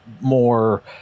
more